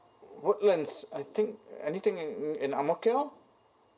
woodlands I think anything in in ang mo kio